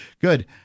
Good